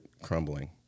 crumbling